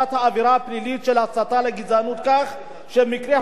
לגזענות כך שמקרי הסתה חמורים שכיום